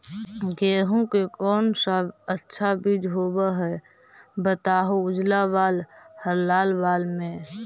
गेहूं के कौन सा अच्छा बीज होव है बताहू, उजला बाल हरलाल बाल में?